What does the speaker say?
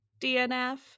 dnf